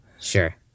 Sure